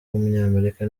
w’umunyamerika